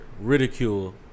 Ridicule